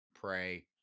pray